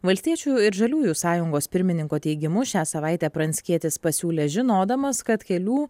valstiečių ir žaliųjų sąjungos pirmininko teigimu šią savaitę pranckietis pasiūlė žinodamas kad kelių